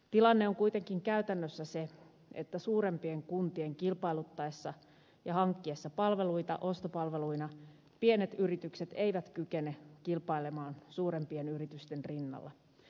tilanne on kuitenkin käytännössä se että suurempien kuntien kilpailuttaessa ja hankkiessa palveluita ostopalveluina pienet yritykset eivät kykene kilpailemaan suurempien yritysten rinnalla